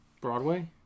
Broadway